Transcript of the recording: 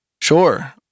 Sure